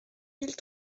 mille